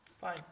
Fine